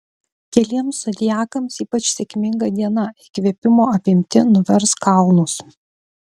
keliems zodiakams ypač sėkminga diena įkvėpimo apimti nuvers kalnus